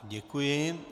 Děkuji.